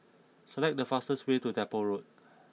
select the fastest way to Depot Road